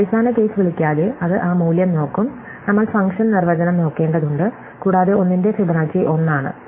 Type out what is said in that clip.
അടിസ്ഥാന കേസ് വിളിക്കാതെ അത് ആ മൂല്യം നോക്കും നമ്മൾ ഫംഗ്ഷൻ നിർവചനം നോക്കേണ്ടതുണ്ട് കൂടാതെ 1 ന്റെ ഫിബൊനാച്ചി 1 ആണ്